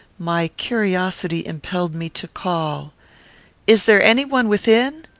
my curiosity impelled me to call is there any one within?